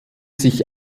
sich